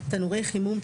תנורי חימום,